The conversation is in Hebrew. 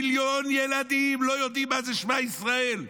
מיליון ילדים לא יודעים מה זה שמע ישראל?